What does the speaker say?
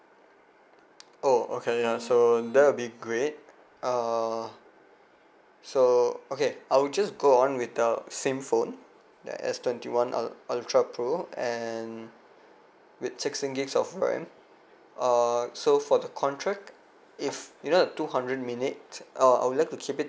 oh okay ya so that will be great err so okay I'll just go on with the same phone ya S twenty one ul~ ultra pro and with sixteen gigs of RAM uh so for the contract if you know the two hundred minutes uh I'll like to keep it